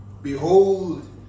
Behold